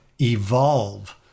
evolve